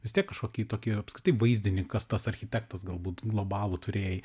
vis tiek kažkokį tokį apskritai vaizdinį kas tas architektas galbūt globalų turėjai